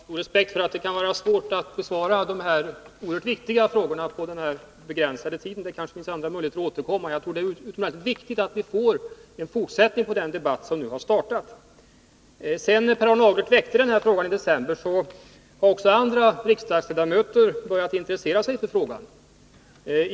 Herr talman! Jag har respekt för att det kan vara svårt att besvara alla de här oerhört viktiga frågorna på denna begränsade tid. Det kanske finns andra möjligheter att återkomma. Jag tror det är utomordentligt viktigt att vi får en fortsättning på den debatt som nu har startat. Sedan Per Arne Aglert ställde denna fråga i december har också andra riksdagsledamöter börjat intressera sig för frågan.